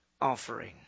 offering